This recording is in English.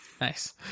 Nice